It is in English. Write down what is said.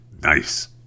Nice